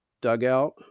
dugout